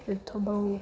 એ તો બહુ